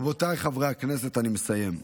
רבותיי חברי הכנסת, אני מסיים,